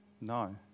No